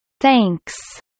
Thanks